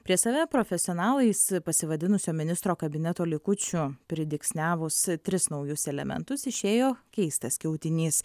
prie save profesionalais pasivadinusio ministro kabineto likučių pridygsniavus tris naujus elementus išėjo keistas skiautinys